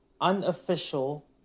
unofficial